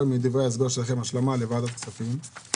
נוצרו בגלל חסכני ביצוע בעקבות תקציב המשכי ושנת